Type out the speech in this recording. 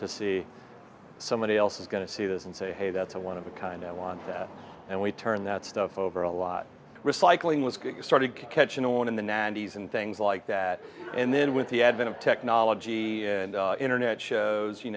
to see somebody else is going to see this and say hey that's one of the kind i want and we turn that stuff over a lot recycling was started catching on in the ninety's and things like that and then with the advent of technology and internet shows you